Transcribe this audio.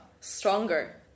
stronger